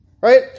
Right